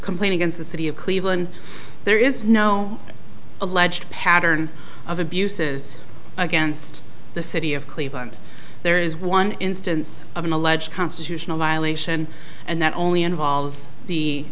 complaint against the city of cleveland there is no alleged pattern of abuses against the city of cleveland there is one instance of an alleged constitutional violation and that only involves the